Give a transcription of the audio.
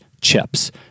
chips